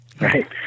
right